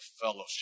fellowship